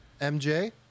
MJ